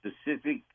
specific